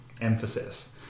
emphasis